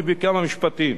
ובכמה משפטים.